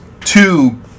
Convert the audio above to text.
two